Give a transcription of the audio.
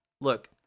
look